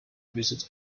visit